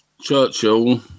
Churchill